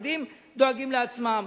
החרדים דואגים לעצמם.